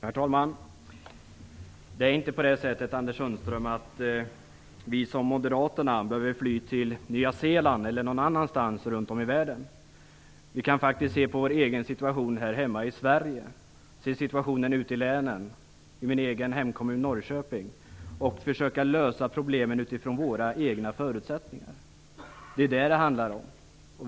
Herr talman! Till skillnad från Moderaterna, Anders Sundström, anser vi inte att man behöver fly till Nya Zeeland eller någon annanstans runt om i världen. Vi kan faktiskt se på vår egen situation här hemma i Sverige, ute i länen eller i min egen hemkommun Norrköping, och försöka lösa problemen utifrån våra egna förutsättningar. Det är det som det handlar om.